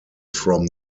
from